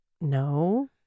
No